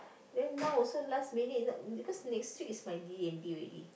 then now also last minute you know because next week is my D-and-D already